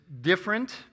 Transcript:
different